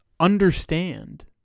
understand